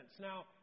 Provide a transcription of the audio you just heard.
Now